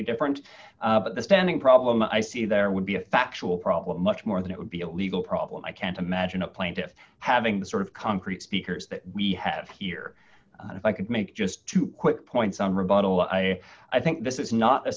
be different but the spending problem i see there would be a factual problem much more than it would be a legal problem i can't imagine a plaintive having the sort of concrete speakers that we have here and if i could make just two quick points on rebuttal i i think this is not a